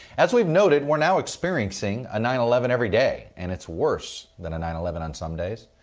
as we've noted, we're now experiencing a nine eleven every day and it's worse than a nine eleven on some days.